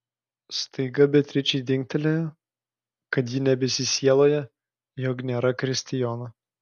staiga beatričei dingtelėjo kad ji nebesisieloja jog nėra kristijono